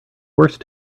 worse